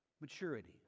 maturity